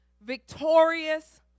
Victorious